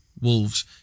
Wolves